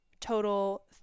total